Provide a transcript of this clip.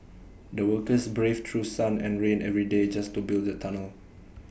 the workers braved through sun and rain every day just to build the tunnel